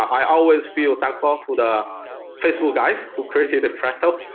i always feel thankful to the facebook guys who created presto.